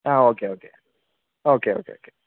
ആ okay okay ആ okay okay